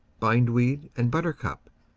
bindweed and buttercup,